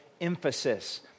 emphasis